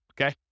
okay